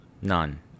none